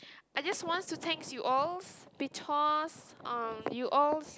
I just wants to thanks you alls because uh you alls